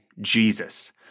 Jesus